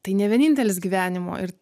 tai ne vienintelis gyvenimo ir